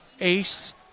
ace